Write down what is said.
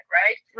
right